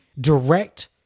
direct